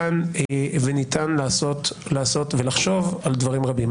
וניתן לעשות ולחשוב על דברים רבים.